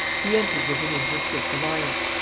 he entered with him into a strict alliance.